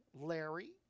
Larry